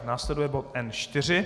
Následuje bod N4.